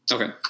Okay